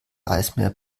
eismeer